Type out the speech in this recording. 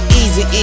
easy